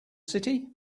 city